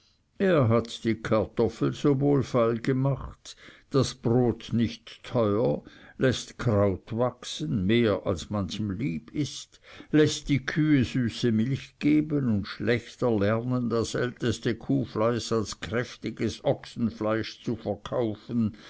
er hat die kartoffel so wohlfeil gemacht das brot nicht teuer läßt kraut wachsen mehr als manchem lieb ist läßt die kühe süße milch geben und schlächter lernen das älteste kuhfleisch als kräftiges ochsenfleisch verkaufen